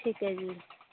ਠੀਕ ਹੈ ਜੀ